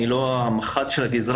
אני לא המח"ט של הגזרה,